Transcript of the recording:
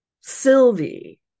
Sylvie